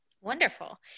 Wonderful